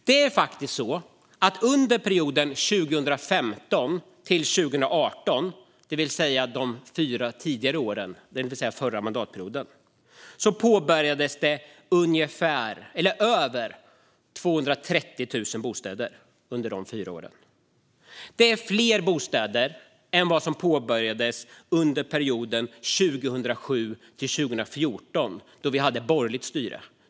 Det är faktiskt så att under perioden 2014-2018, det vill säga den förra mandatperioden, påbörjades byggande av över 230 000 bostäder. Det är fler bostäder än vad som påbörjades under perioden 2006-2014, då vi hade borgerligt styre.